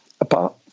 apart